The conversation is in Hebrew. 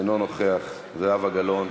אינו נוכח, זהבה גלאון,